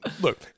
Look